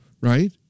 right